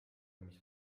mis